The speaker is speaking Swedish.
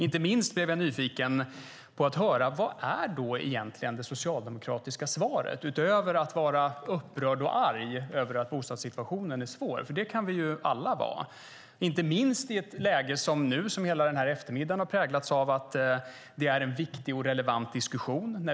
Inte minst blev jag nyfiken på att höra: Vad är egentligen det socialdemokratiska svaret, utöver att vara upprörd och arg över att bostadssituationen är svår? Det kan vi alla vara, inte minst i det läge som hela eftermiddagens debatt har präglats av. Det här är en viktig och relevant diskussion.